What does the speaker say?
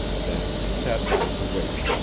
then he sat down to wait.